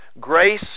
Grace